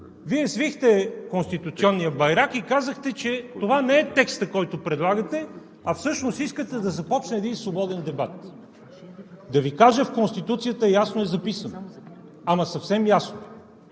Вие свихте конституционния байрак и казахте, че това не е текстът, който предлагате, а всъщност искате да започне един свободен дебат. Да Ви кажа: в Конституцията ясно е записано, ама съвсем ясно,